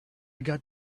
got